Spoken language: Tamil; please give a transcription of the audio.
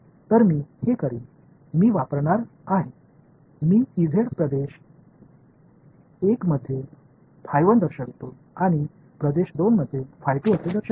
எனவே நான் என்ன செய்வேன் என்றால் நான் இதை பயன்படுத்தப் போகிறேன் நான்ஐ பகுதி 1 இல் மற்றும் பிராந்திய 2 இல் என்றும் குறிக்கப் போகிறேன்